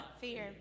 fear